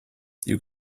you